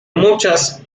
muchas